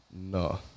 No